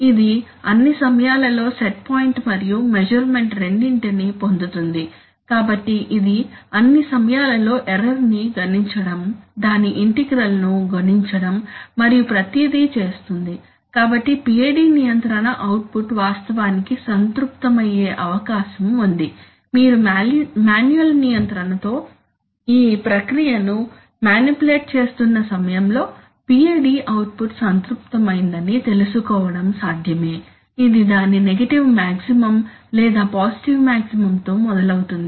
ఇది అన్ని సమయాలలో సెట్ పాయింట్ మరియు మెసుర్మెంట్ రెండింటినీ పొందుతుంది కాబట్టి ఇది అన్ని సమయాలలో ఎర్రర్ ని గణించడం దాని ఇంటిగ్రల్ ను గణించడం మరియు ప్రతీది చేస్తుంది కాబట్టి PID నియంత్రణ అవుట్పుట్ వాస్తవానికి సంతృప్తమయ్యే అవకాశం ఉంది మీరు మాన్యువల్ నియంత్రణతో ఈ ప్రక్రియను మానిప్యులేట్ చేస్తున్న సమయంలో PID అవుట్పుట్ సంతృప్తమైందని తెలుసుకోవడం సాధ్యమే ఇది దాని నెగటివ్ మాక్సిమం లేదా పాజిటివ్ మాక్సిమం తో మొదలవుతుంది